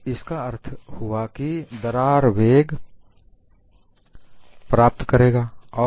तो इसका अर्थ हुआ कि दरार वेग प्राप्त करेगा